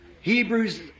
Hebrews